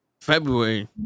February